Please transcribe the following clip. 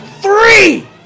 three